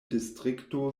distrikto